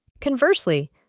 Conversely